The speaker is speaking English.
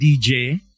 DJ